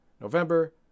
November